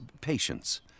patience